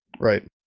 right